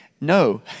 no